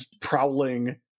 prowling